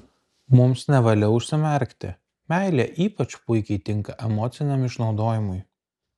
mums nevalia užsimerkti meilė ypač puikiai tinka emociniam išnaudojimui